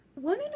One